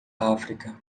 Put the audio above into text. áfrica